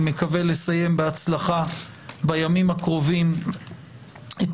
אני מקווה לסיים בהצלחה בימים הקרובים את